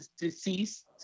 deceased